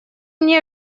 мне